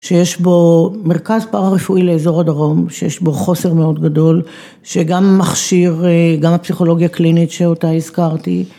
‫שיש בו מרכז פרא רפואי לאזור הדרום, ‫שיש בו חוסר מאוד גדול, ‫שגם מכשיר, ‫גם הפסיכולוגיה הקלינית שאותה הזכרתי.